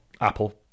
Apple